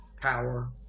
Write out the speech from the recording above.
power